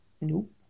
Nope